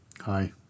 Hi